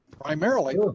primarily